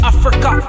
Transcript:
Africa